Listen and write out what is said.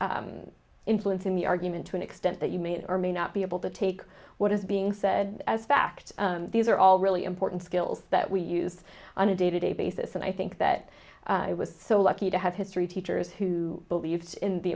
e influencing the argument to an extent that you may or may not be able to take what is being said as fact these are all really important skills that we use on a day to day basis and i think that was so lucky to have history teachers who believed in the